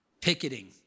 picketing